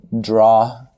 draw